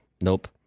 nope